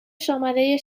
شماره